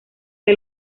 que